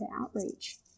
outreach